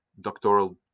doctoral